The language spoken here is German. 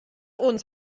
uns